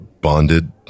bonded